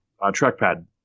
trackpad